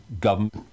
government